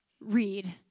read